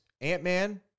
Ant-Man